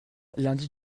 lundi